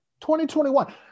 2021